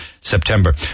september